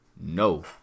no